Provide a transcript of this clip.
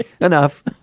Enough